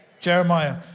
Jeremiah